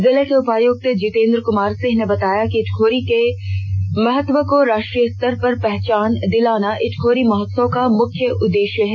जिले के उपायुक्त जितेंद्र कमार सिंह ने बताया कि इटखोरी के महत्व को राष्ट्रीय स्तर पर पहचान दिलाना इटखोरी महोत्सव का मुख्य उद्देश्य है